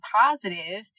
positive